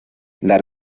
las